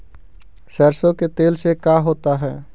सरसों के तेल से का होता है?